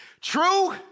True